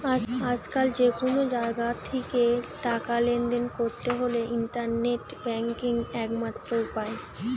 আজকাল যে কুনো জাগা থিকে টাকা লেনদেন কোরতে হলে ইন্টারনেট ব্যাংকিং একমাত্র উপায়